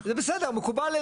זה בסדר, מקובל.